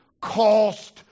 cost